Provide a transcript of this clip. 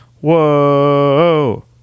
whoa